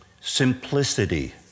simplicity